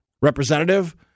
representative